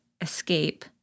escape